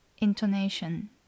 intonation